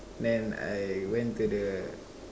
man I went to the